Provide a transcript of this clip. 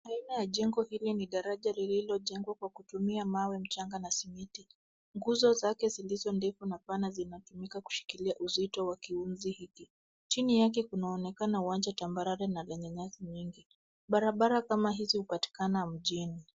Nyuma ya jengo hili ni daraja lililojengwa kwa kutumia mawe, mchanga na simiti. Nguzo zake zilizo ndefu na pana zinatumika kushikilia uzito wa kiunzi hiki. Chini yake kunaonekana uwanja tambarare na yenye nyasi nyingi. Barabara kama hizi hupatikana mjini.